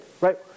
Right